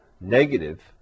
negative